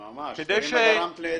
תראי מה גרמת לדב.